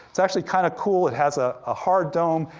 it's actually kind of cool, it has a ah hard dome,